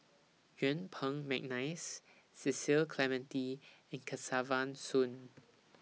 Yuen Peng Mcneice Cecil Clementi and Kesavan Soon